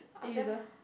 if you don't